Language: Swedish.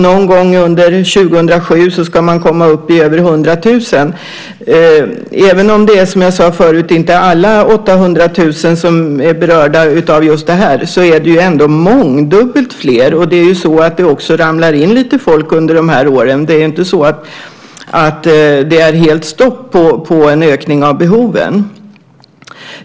Någon gång under 2007 ska man komma upp i över 100 000. Även om, som jag sade förut, inte alla 800 000 är berörda av just detta, är det ändå mångdubbelt fler. Det ramlar ju också in lite folk under de här åren. Det är inte helt stopp för en ökning av behoven.